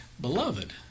beloved